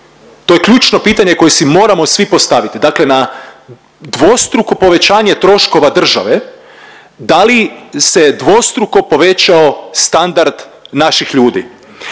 To je ključno pitanje koje si moramo svi postaviti, dakle na dvostruko povećanje troškova države da li se dvostruko povećao standard naših ljudi?